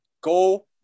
Go